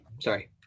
Sorry